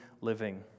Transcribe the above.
living